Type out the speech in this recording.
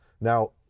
Now